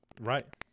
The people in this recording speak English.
Right